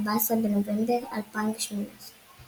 14 בנובמבר 2018 ==